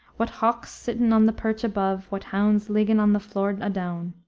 what hawkes sitten on the perch above, what houndes liggen on the floor adown.